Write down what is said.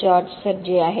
George सर्जी आहेत